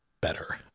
better